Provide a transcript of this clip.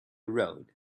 road